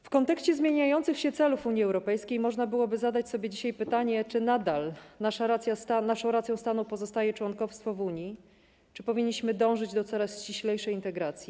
W kontekście zmieniających się celów Unii Europejskiej można byłoby zadać sobie dzisiaj pytanie, czy nadal naszą racją stanu pozostaje członkostwo w Unii, czy powinniśmy dążyć do coraz ściślejszej integracji?